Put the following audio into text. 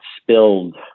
spilled